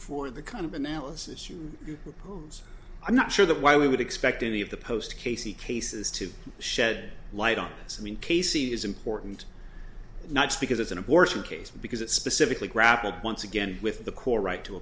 for the kind of analysis you propose i'm not sure that why we would expect any of the post casey cases to shed light on this i mean casey is important not just because it's an abortion case because it specifically grappled once again with the core right to